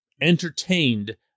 entertained